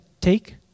take